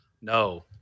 no